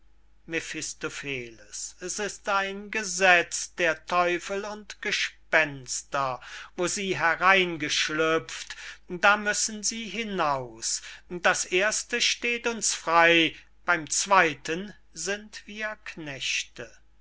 ist ein gesetz der teufel und gespenster wo sie hereingeschlüpft da müssen sie hinaus das erste steht uns frey beym zweyten sind wir knechte